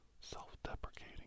self-deprecating